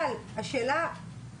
אבל אני שואלת שאלה אחרת.